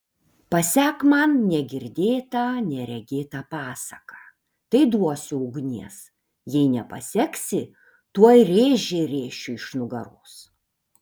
pasek man negirdėtą neregėtą pasaką tai duosiu ugnies jei nepaseksi tuoj rėžį rėšiu iš nugaros